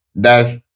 dash